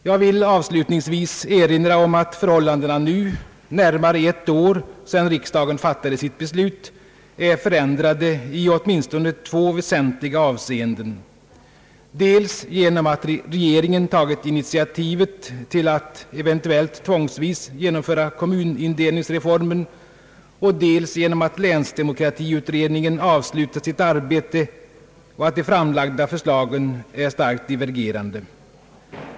Jag vill avslutningsvis erinra om att förhållandena nu — närmare ett år sedan riksdagen fattade sitt beslut — är förändrade i åtminstone två väsentliga avseenden; dels genom att regeringen tagit initiativet till att eventuellt tvångsvis genomföra kommunindelningsreformen, dels genom att länsdemokratiutredningen avslutat sitt arbete. De framlagda förslagen är dessutom starkt divergerande.